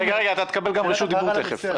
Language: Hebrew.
רגע, אתה גם תקבל רשות דיבור תכף.